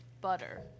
butter